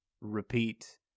repeat